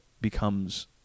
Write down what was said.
becomes